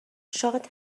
شاد